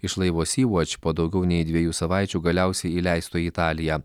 iš laivo sy vač po daugiau nei dviejų savaičių galiausiai įleisto į italiją